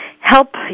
help